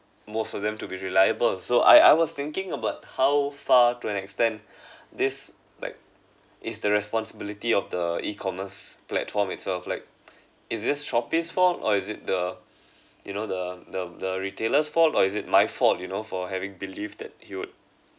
most of them to be reliable so I I was thinking about how far to an extent this like it's the responsibility of the e-commerce platform itself like is this Shopee's fault or is it the you know the the the retailer's fault or is it my fault you know for having believed that he would